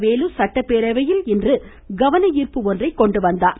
வேலு சட்டப்பேரவையில் இன்று கவனர்ப்பு ஒன்றை கொண்டு வந்தார்